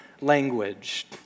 language